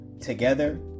together